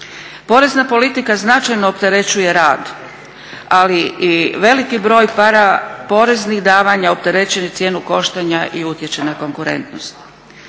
Porezna politika značajno opterećuje rad, ali i veliki broj … poreznih davanja opterećuje cijenu koštanja i utječe na konkurentnost.